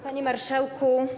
Panie Marszałku!